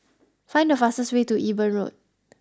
find the fastest way to Eben Road